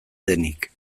denik